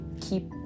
keep